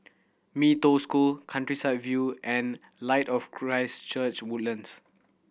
Mee Toh School Countryside View and Light of Christ Church Woodlands